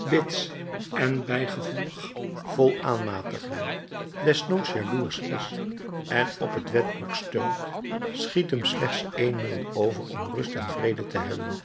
bits en bijgevolg vol aanmatigingen desnoods jaloersch is en op het wetboek steunt schiet hem slechts één middel over om rust en vrede te hebben